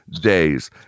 days